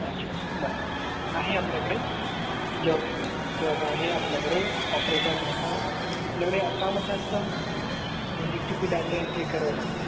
अच्छा बरं आहे आपल्याकडे जॉब जॉब आहे आपल्याकडे ऑपरेटर म्हणून आपल्याकडे कामच असतं D T P data entry करावी लागते